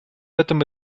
этом